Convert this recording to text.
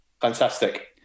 Fantastic